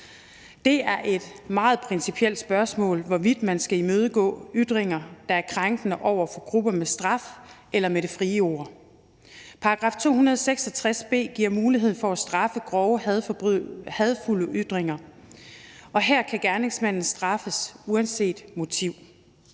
Det er et meget principielt spørgsmål, hvorvidt man skal imødegå ytringer, der er krænkende over for grupper, med straf eller med det frie ord. § 266 b giver mulighed for at straffe grove hadefulde ytringer, og her kan gerningsmanden straffes uanset motiv.